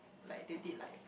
like they did like